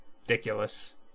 Ridiculous